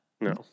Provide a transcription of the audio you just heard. No